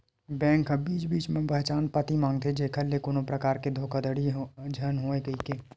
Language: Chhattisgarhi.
बेंक ह बीच बीच म पहचान पती मांगथे जेखर ले कोनो परकार के धोखाघड़ी झन होवय कहिके